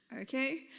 Okay